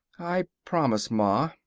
i promise, ma,